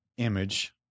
image